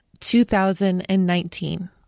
2019